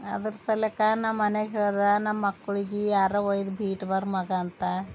ಅದರ ಸಲಕ್ಕ ನಮ್ಮನೆಗೆ ಹೇಳ್ದೆ ನಮ್ಮ ಮಕ್ಳಗೆ ಯಾರ ಒಯ್ದು ಬೀಟ್ ಬಾರ ಮಗ ಅಂತ